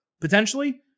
potentially